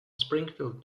springfield